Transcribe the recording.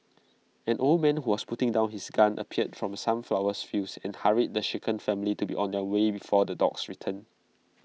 an old man who was putting down his gun appeared from the sunflowers fields and hurried the shaken family to be on their way before the dogs return